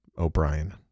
O'Brien